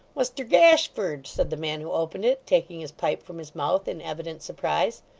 muster gashford said the man who opened it, taking his pipe from his mouth, in evident surprise.